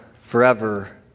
forever